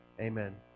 Amen